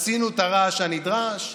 עשינו את הרעש הנדרש,